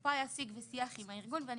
ופה היה סיג ושיח עם הארגון,